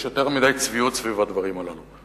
יש יותר מדי צביעות סביב הדברים הללו.